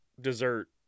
dessert